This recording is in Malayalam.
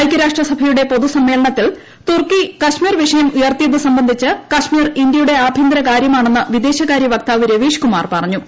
ഐക്യരാഷ്ട്ര സഭയുടെ പൊതുസമ്മേളനത്തിൽ തുർക്കി കശ്മീർ വിഷയം ഉയർത്തിയത് സംബന്ധിച്ച് കശ്മീർ ഇന്ത്യയുട്ടി ് ആഭ്യന്തര കാര്യമാണെന്ന് വിദേശകാര്യ വക്താവ് രവീഷ്ട്കുമാർ പറഞ്ഞു